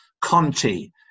Conti